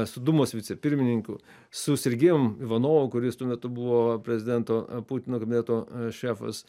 su dūmos vicepirmininku su sergejum ivanovu kuris tuo metu buvo prezidento putino kabineto šefas